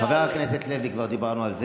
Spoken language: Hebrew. חבר הכנסת לוי, כבר דיברנו על זה.